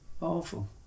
awful